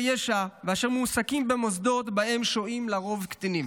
ישע ואשר מועסקים במוסדות שבהם שוהים לרוב קטינים,